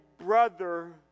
brother